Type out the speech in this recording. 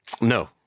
No